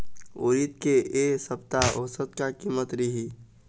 उरीद के ए सप्ता औसत का कीमत रिही?